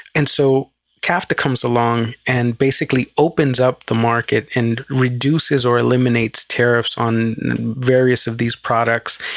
and so cafta comes along and basically opens up the market and reduces or eliminates tariffs on various of these products.